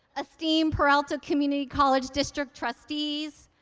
esteemed peralta community college district trustees,